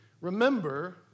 remember